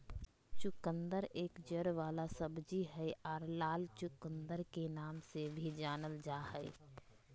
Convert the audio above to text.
चुकंदर एक जड़ वाला सब्जी हय आर लाल चुकंदर के नाम से भी जानल जा हय